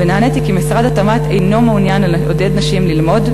ונעניתי כי משרד התמ"ת אינו מעוניין לעודד נשים ללמוד,